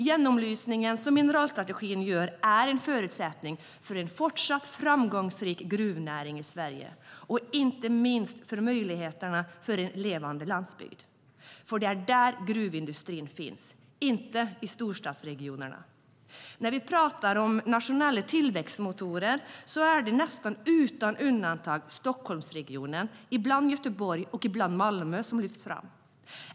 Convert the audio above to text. Genomlysningen, som mineralstrategin gör, är en förutsättning för en fortsatt framgångsrik gruvnäring i Sverige och inte minst för möjligheterna för en levande landsbygd. Det är där gruvindustrin finns, inte i storstadsregionerna. När vi talar om nationella tillväxtmotorer är det nästan utan undantag Stockholmsregionen, och ibland Göteborg och Malmö, som lyfts fram.